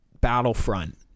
battlefront